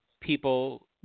people